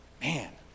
Man